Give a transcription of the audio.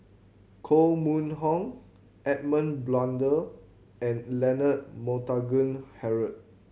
Koh Mun Hong Edmund Blundell and Leonard Montague Harrod